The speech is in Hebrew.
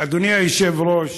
אדוני היושב-ראש,